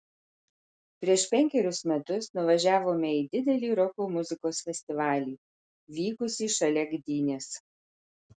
prieš penkerius metus nuvažiavome į didelį roko muzikos festivalį vykusį šalia gdynės